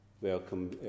Welcome